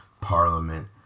parliament